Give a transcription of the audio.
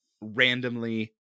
randomly